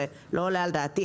זה לא עולה על דעתי,